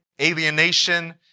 alienation